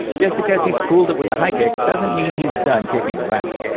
just because he's cooled it with the high kicks doesn't mean he's done kicking around.